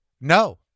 No